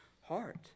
heart